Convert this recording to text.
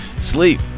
Sleep